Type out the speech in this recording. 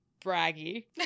braggy